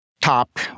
top